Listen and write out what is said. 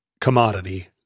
commodity